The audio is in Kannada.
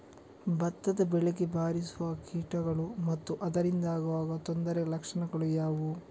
ಭತ್ತದ ಬೆಳೆಗೆ ಬಾರಿಸುವ ಕೀಟಗಳು ಮತ್ತು ಅದರಿಂದಾದ ತೊಂದರೆಯ ಲಕ್ಷಣಗಳು ಯಾವುವು?